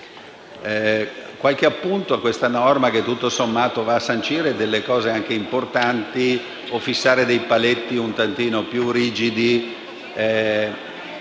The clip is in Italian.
qualche appunto a questa norma che, tutto sommato, va a sancire delle cose importanti e a fissare dei paletti più rigidi